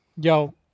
yo